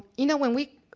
you know when we,